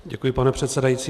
Děkuji, pane předsedající.